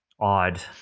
Odd